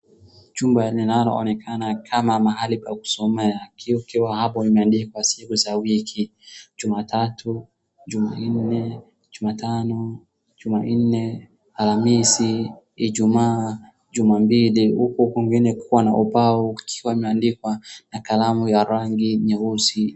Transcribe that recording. Chumba linaloonekana kama mahali pa kusomea, kukiwa hapo imeandikwa siku za wiki, juma tatu, juma nne, juma tano, juma nne, alhamisi, ijumaa, juma mbili huku kwingine kwa ubao kukiwa kunaandikwa na kalamu ya rangi nyeusi.